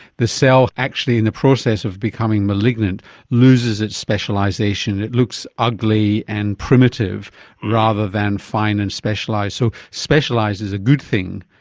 the cell actually in the process of becoming malignant loses its specialisation, it looks ugly and primitive rather than fine and specialised. so specialised is a good thing.